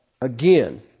again